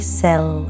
cell